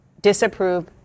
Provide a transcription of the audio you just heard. disapprove